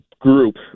group